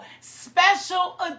special